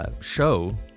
show